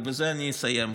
ובזה אני אסיים,